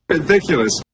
Ridiculous